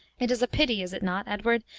it is a pity, is it not, edward,